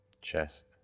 chest